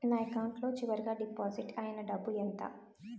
నా అకౌంట్ లో చివరిగా డిపాజిట్ ఐనా డబ్బు ఎంత?